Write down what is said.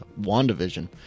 wandavision